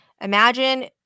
imagine